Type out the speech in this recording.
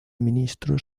ministros